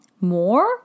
more